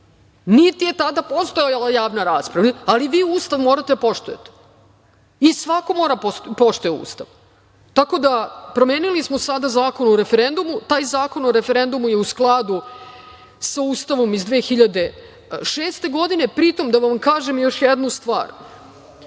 niti je tada postojala javna rasprava, ali vi Ustav morate da poštujete i svako mora da poštuje Ustav. Tako da, promenili smo sada Zakon o referendumu. Taj Zakon o referendumu je u skladu sa Ustavom iz 2006. godine. Pritom, da vam kažem još jednu stvar.